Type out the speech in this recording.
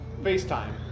FaceTime